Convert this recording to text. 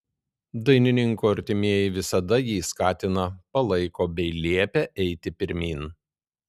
dainininko artimieji visada jį skatina palaiko bei liepia eiti pirmyn